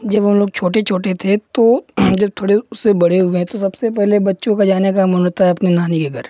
जब हमलोग छोटे छोटे थे तो जब थोड़े से बड़े हुए तो सबसे पहले बच्चों का जाने का मन होता है अपनी नानी के घर